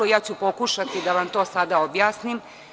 Ja ću pokušati da vam to sada objasnim.